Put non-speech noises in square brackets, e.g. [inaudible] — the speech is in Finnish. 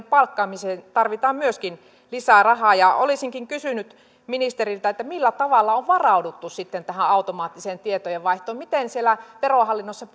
[unintelligible] palkkaamiseen tarvitaan myöskin lisää rahaa olisinkin kysynyt ministeriltä millä tavalla on varauduttu sitten tähän automaattiseen tietojenvaihtoon miten siellä verohallinnossa [unintelligible]